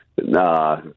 Nah